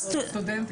השאלה.